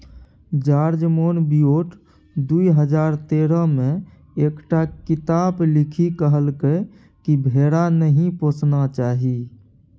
George Monbiot दु हजार तेरह मे एकटा किताप लिखि कहलकै कि भेड़ा नहि पोसना चाही